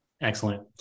Excellent